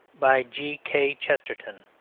by g k. chesterton